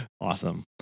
awesome